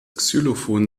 xylophon